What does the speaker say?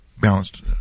balanced